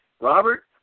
Robert